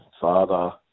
father